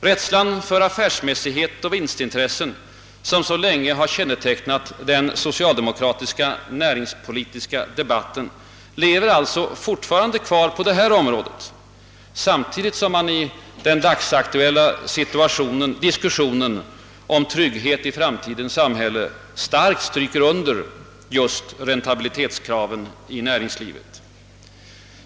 Rädslan för affärsmässighet och vinstintressen, som så länge har kännetecknat den socialdemokratiska näringspolitiska debatten, lever alltså fortfarande kvar på detta område, samtidigt som man i den dagsaktuella diskussionen om trygghet i framtidens samhälle starkt stryker under just räntabilitetskraven i näringslivet.